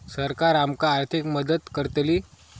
सरकार आमका आर्थिक मदत करतली?